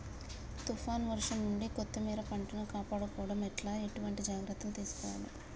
తుఫాన్ వర్షం నుండి కొత్తిమీర పంటను కాపాడుకోవడం ఎట్ల ఎటువంటి జాగ్రత్తలు తీసుకోవాలే?